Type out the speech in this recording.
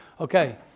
Okay